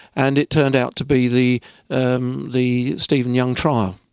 and it turned out to be the um the stephen young trial.